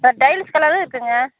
sir tiles கலரும் இருக்குங்க